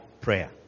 prayer